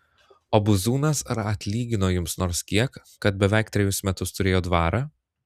o buzūnas ar atlygino jums nors kiek kad beveik trejus metus turėjo dvarą